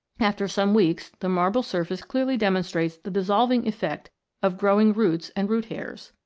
after some weeks the marble surface clearly demonstrates the dissolving effect of growing roots and root-hairs.